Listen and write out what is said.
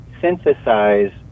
synthesize